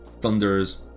thunders